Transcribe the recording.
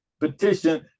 petition